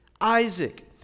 Isaac